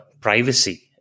privacy